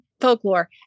folklore